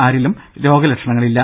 ആരിലും രോഗലക്ഷണങ്ങൾ ഇല്ല